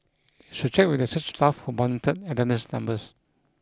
should check with the church staff who monitored attendance numbers